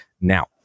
Now